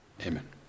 Amen